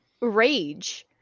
rage